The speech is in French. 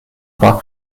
pas